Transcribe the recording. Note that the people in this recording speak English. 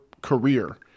career